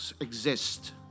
exist